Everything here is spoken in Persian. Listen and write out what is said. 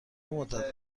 مدت